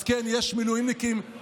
אז כן, יש מילואימניקים חרדים.